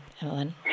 Evelyn